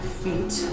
feet